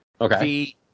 Okay